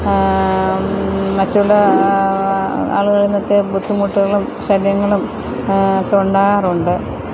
മറ്റുള്ള ആളുകളില് നിന്നൊക്കെ ബുദ്ധിമുട്ടുകളും ശല്യങ്ങളും ഒക്കെ ഉണ്ടാകാറുണ്ട്